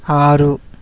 ఆరు